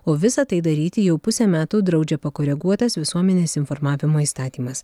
o visa tai daryti jau pusę metų draudžia pakoreguotas visuomenės informavimo įstatymas